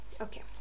okay